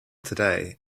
today